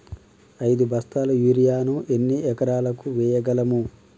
ఐదు బస్తాల యూరియా ను ఎన్ని ఎకరాలకు వేయగలము?